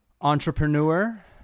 entrepreneur